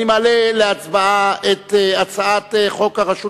אני מעלה להצבעה בקריאה ראשונה את הצעת חוק הרשות